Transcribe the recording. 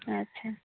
ᱟᱪᱪᱷᱟ